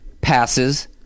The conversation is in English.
passes